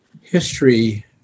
history